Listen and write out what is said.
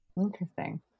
Interesting